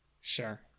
sure